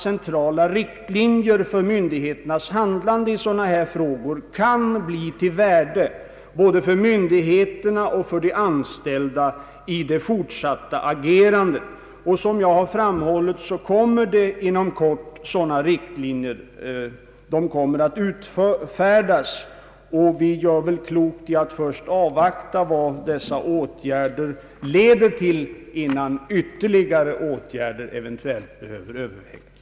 Centrala riktlinjer för myndigheters handlande i dessa frågor kan bli till värde för både myndigheterna och de anställda i det fortsatta agerandet. Som jag har framhållit kommer inom kort sådana riktlinjer att utfärdas, och vi gör kanske klokt i att avvakta vad dessa 1eder till innan ytterligare åtgärder eventuellt behöver övervägas.